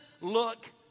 look